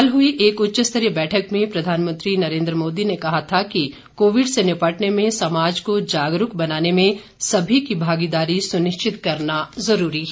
कल हुई एक उच्चस्तरीय बैठक में प्रधानमंत्री नरेन्द्र मोदी ने कहा था कि कोविड से निपटने में समाज को जागरूक बनाने में सभी की भागीदारी सुनिश्चित करना जरूरी है